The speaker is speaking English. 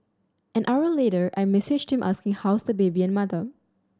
an hour later I messaged him asking how's the baby and mother